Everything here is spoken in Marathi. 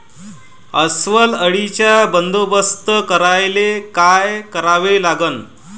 अस्वल अळीचा बंदोबस्त करायले काय करावे लागन?